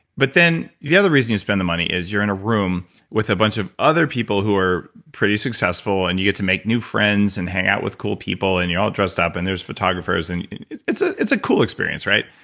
but then the other reason you spend the money is you're in a room with a bunch of other people who are pretty successful, and you get to make new friends, and hang out with cool people, and you're all dressed up, and there's photographers, and it's it's ah a cool experience, right?